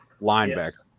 linebacker